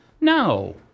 No